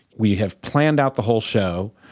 we have planned out the whole show.